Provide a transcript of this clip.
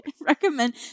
recommend